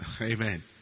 amen